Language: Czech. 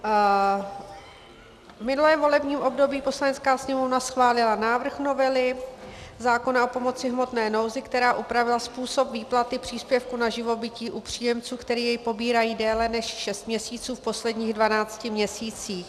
V minulém volebním období Poslanecká sněmovna schválila návrh novely zákona o pomoci v hmotné nouzi, která upravila způsob výplaty příspěvku na živobytí u příjemců, kteří jej pobírají déle než šest měsíců v posledních dvanácti měsících.